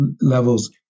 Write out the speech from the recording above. levels